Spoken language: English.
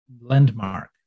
landmark